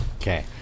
Okay